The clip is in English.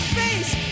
face